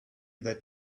that